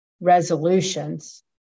resolutions